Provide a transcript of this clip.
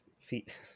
feet